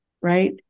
Right